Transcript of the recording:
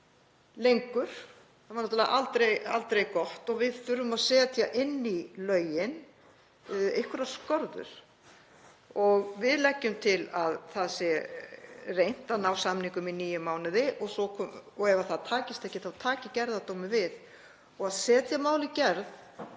Það var náttúrlega aldrei gott. Við þurfum að setja inn í lögin einhverjar skorður. Við leggjum til að það sé reynt að ná samningum í níu mánuði og ef það tekst ekki þá taki gerðardómur við. Þegar mál er